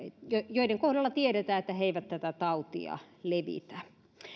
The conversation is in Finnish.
joiden kohdalla tiedetään että he eivät tätä tautia levitä